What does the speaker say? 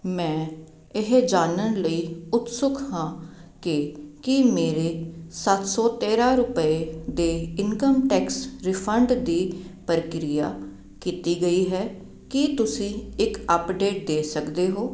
ਮੈਂ ਇਹ ਜਾਨਣ ਲਈ ਉਤਸੁਕ ਹਾਂ ਕਿ ਕੀ ਮੇਰੇ ਸੱਤ ਸੌ ਤੇਰਾਂ ਰੁਪਏ ਦੇ ਇਨਕਮ ਟੈਕਸ ਰਿਫੰਡ ਦੀ ਪ੍ਰਕਿਰਿਆ ਕੀਤੀ ਗਈ ਹੈ ਕੀ ਤੁਸੀਂ ਇੱਕ ਅਪਡੇਟ ਦੇ ਸਕਦੇ ਹੋ